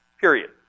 period